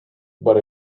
but